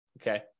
okay